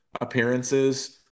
appearances